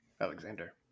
Alexander